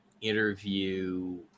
interview